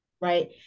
right